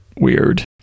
weird